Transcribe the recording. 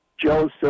Joseph